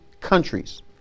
countries